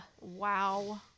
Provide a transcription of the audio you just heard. Wow